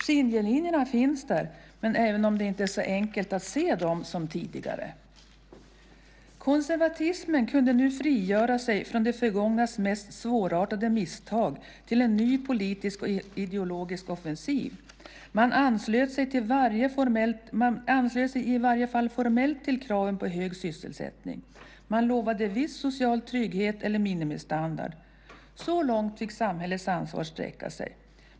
Skiljelinjerna finns där, även om det inte är lika enkelt att se dem som tidigare. "Konservatismen kunde nu frigöra sig från det förgångnas mest svårartade misstag till en ny politisk och ideologisk offensiv. Man anslöt sig i varje fall formellt till kravet på hög sysselsättning. Man lovade viss social trygghet eller minimistandard. Så långt fick samhällets ansvar sträcka sig.